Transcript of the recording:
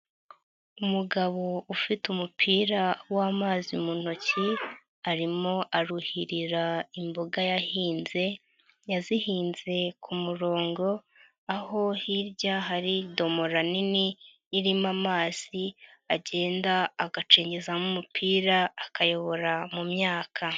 umugabo ufite umupira w'amazi mu ntoki, arimo aruhirira imboga yahinze, yazihinze ku murongo, aho hirya hari idomora nini irimo amazi, agenda agacengezamo umupira akayobora mu myaka.